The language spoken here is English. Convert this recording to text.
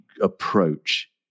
approach